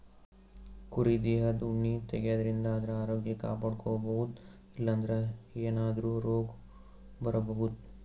ಕುರಿ ದೇಹದ್ ಉಣ್ಣಿ ತೆಗ್ಯದ್ರಿನ್ದ ಆದ್ರ ಆರೋಗ್ಯ ಕಾಪಾಡ್ಕೊಬಹುದ್ ಇಲ್ಲಂದ್ರ ಏನಾದ್ರೂ ರೋಗ್ ಬರಬಹುದ್